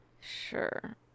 sure